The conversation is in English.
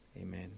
Amen